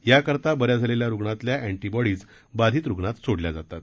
याकरता बऱ्या झालेल्या रुग्णातल्या अँटीबॉडीज बाधित रुग्णात सोडल्या जातात